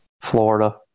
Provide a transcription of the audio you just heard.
Florida